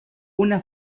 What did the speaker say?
una